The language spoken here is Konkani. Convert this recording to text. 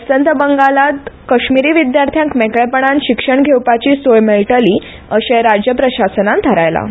अस्तंत बंगालान कश्मीरी विद्यार्थ्यांक मेकळेपणान शिक्षण घेवपाची सोय मेळटली अर्शेय राज्यप्रशासनान थारायलां